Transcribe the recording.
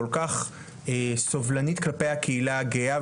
כל כך סובלנית כלפי הקהילה הגאה,